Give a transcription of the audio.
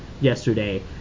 yesterday